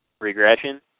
Regression